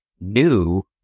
new